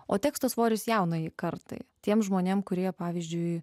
o teksto svoris jaunajai kartai tiems žmonėms kurie pavyzdžiui